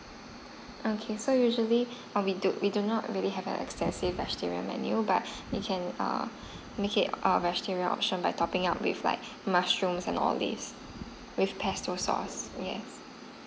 okay so usually err we do we do not really have a expensive exterior menu but we can err make it our exterior option by topping up with like err mushroom and all this with pesto sauce yes